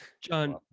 John